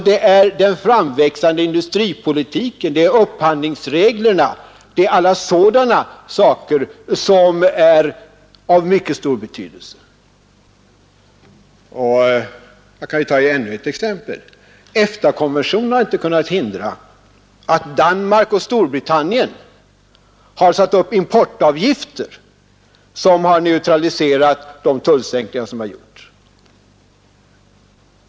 Det är den framväxande industripolitiken, det är upphandlingsreglerna och alla sådana saker som är av mycket stor betydelse. Och jag kan ta ännu ett exempel. EFTA-konventionen har inte kunnat hindra att Danmark och Storbritannien har infört importavgifter som neutraliserat de tullsänkningar som har gjorts.